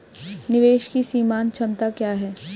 निवेश की सीमांत क्षमता क्या है?